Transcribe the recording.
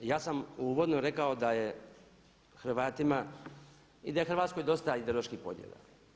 Ja sam uvodno rekao da je Hrvatima i da je Hrvatskoj dosta ideoloških podjela.